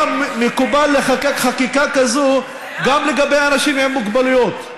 מקובל לחוקק חקיקה כזאת גם לגבי אנשים עם מוגבלויות.